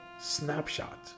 snapshot